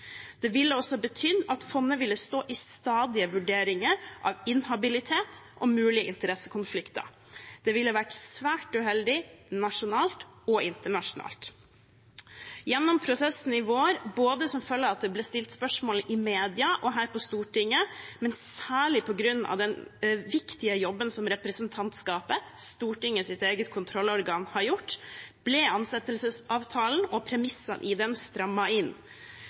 Det ville også betydd at fondet ville stått i stadige vurderinger av inhabilitet og mulige interessekonflikter. Det ville vært svært uheldig nasjonalt og internasjonalt. Gjennom prosessen i vår – som følge av at det ble stilt spørsmål i media og her på Stortinget, men særlig på grunn av den viktige jobben som representantskapet, Stortingets eget kontrollorgan, har gjort – ble ansettelsesavtalen og premissene i den strammet inn.